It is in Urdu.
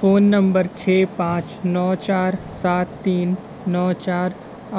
فون نمبر چھ پانچ نو چار سات تین نو چار